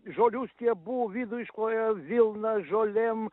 žolių stiebų vidų iškloja vilna žolėm